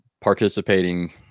participating